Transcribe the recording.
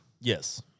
Yes